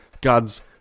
God's